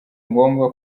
ngombwa